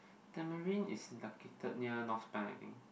tamarind is located near north spine I think